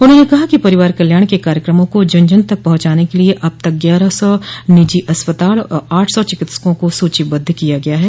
उन्होंने कहा कि परिवार कल्याण के कार्यक्रमों को जन जन तक पहंचाने के लिए अब तक ग्यारह सौ निजी अस्पताल और आठ सौ चिकित्सकों को सूचीबद्ध किया गया है